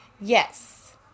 Yes